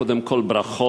קודם כול ברכות